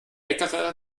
leckere